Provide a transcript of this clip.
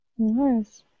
Nice